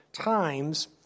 times